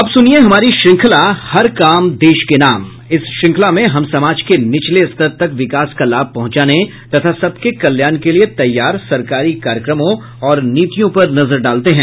अब हमारी श्रृंखला हर काम देश के नाम इस श्रृंखला में हम समाज के निचले स्तर तक विकास का लाभ पहुँचाने तथा सबके कल्याण के लिए तैयार सरकारी कार्यक्रमों और नीतियों पर नजर डालते हैं